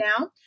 now